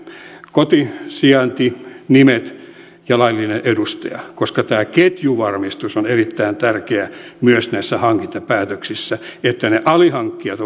koti sijainti nimet ja laillinen edustaja koska tämä ketjuvarmistus on erittäin tärkeää myös näissä hankintapäätöksissä että ne alihankkijat